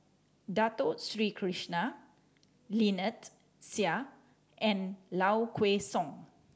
Dato Sri Krishna Lynnette Seah and Low Kway Song